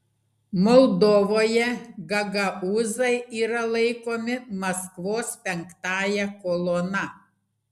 moldovoje gagaūzai yra laikomi maskvos penktąja kolona